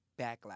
backlash